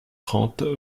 trente